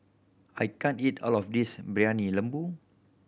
I can't eat all of this briyani lembu